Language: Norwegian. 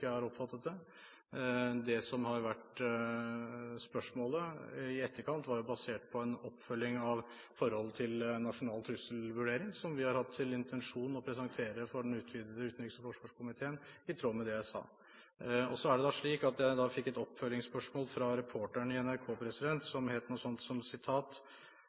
jeg har oppfattet det. Det som har vært spørsmålet i etterkant, var basert på en oppfølging vedrørende nasjonal trusselvurdering, som vi har hatt til intensjon å presentere for den utvidede utenriks- og forsvarskomiteen i tråd med det jeg sa. Så er det slik at jeg fikk et oppfølgingsspørsmål fra reporteren i NRK som lød omtrent sånn: Anniken Huitfeldt sier hun ikke har fått noe i sin kalender som